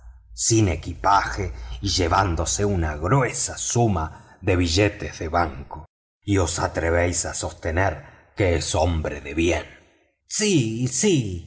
sin equipaje y llevándose una gruesa suma de billetes de banco y os atrevéis a sostener que es hombre de bien sí